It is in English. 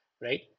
right